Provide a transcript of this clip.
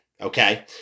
Okay